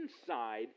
inside